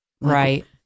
Right